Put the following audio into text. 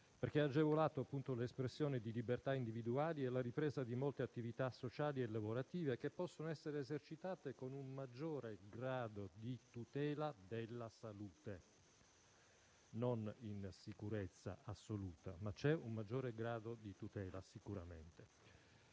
perché ha agevolato l'espressione di libertà individuali e la ripresa di molte attività sociali e lavorative, che possono essere esercitate con un maggiore grado di tutela della salute (non in sicurezza assoluta, ma sicuramente con un maggiore grado di tutela). Si consente